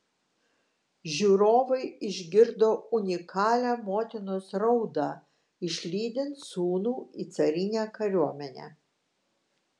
žiūrovai išgirdo unikalią motinos raudą išlydint sūnų į carinę kariuomenę